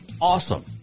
awesome